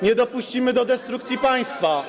Nie dopuścimy do destrukcji państwa.